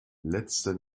letzte